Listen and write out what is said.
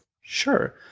Sure